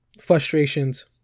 frustrations